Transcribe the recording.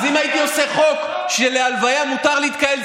אז אם הייתי עושה חוק שלהלוויה מותר להתקהל,